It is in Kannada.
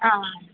ಹಾಂ